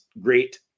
great